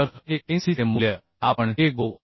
तरAncचे मूल्य आपण Ago